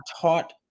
taught